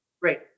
Great